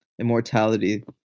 immortality